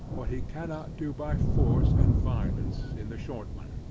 what he cannot do by force and violence in the short one.